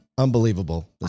Unbelievable